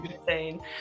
insane